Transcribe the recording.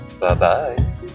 Bye-bye